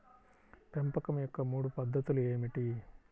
పెంపకం యొక్క మూడు పద్ధతులు ఏమిటీ?